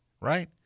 right